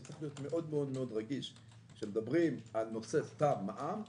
צריך להיות מאוד מאוד רגיש כשמדברים על נושא מע"מ למשל,